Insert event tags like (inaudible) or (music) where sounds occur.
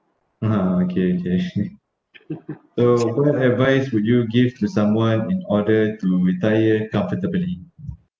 (uh huh) okay okay (laughs) so advice would you give to someone in order to retire comfortably